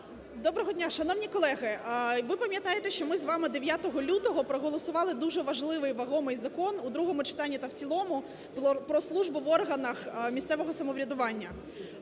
Доброго дня. Шановні колеги, ви пам'ятаєте, що ми з вами 9 лютого проголосували дуже важливий і вагомий Закон у першому читанні та в цілому "Про службу в органах місцевого самоврядування".